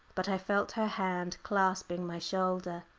but i felt her hand clasping my shoulder.